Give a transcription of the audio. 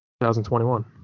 2021